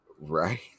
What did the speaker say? right